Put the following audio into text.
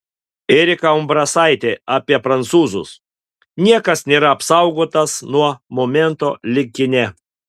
erika umbrasaitė apie prancūzus niekas nėra apsaugotas nuo momento lyg kine